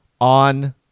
On